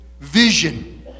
vision